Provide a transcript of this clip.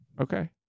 Okay